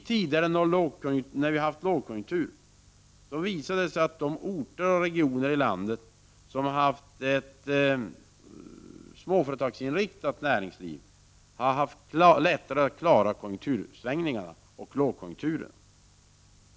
Det har i tider då vi haft lågkonjunktur visat sig att man i de orter och regioner i landet som haft ett småföretagsinriktat näringsliv har haft lättare att klara konjunktursvängningarna och lågkonjunkturen.